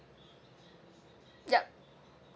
yup